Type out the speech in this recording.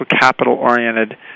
capital-oriented